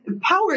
power